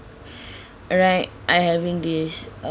alright I having this um